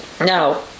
Now